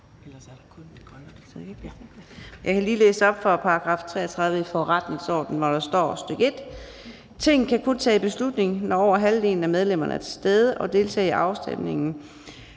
Jeg vil lige læse op af § 33, stk. 1, i forretningsordenen, hvor der står: »Tinget kan kun tage beslutning, når over halvdelen af medlemmerne er til stede og deltager i afstemningen.